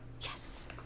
yes